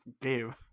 game